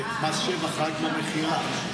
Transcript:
מס שבח רק במכירה.